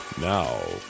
Now